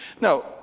Now